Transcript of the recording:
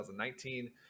2019